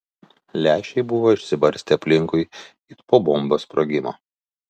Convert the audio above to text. lęšiai buvo išsibarstę aplinkui it po bombos sprogimo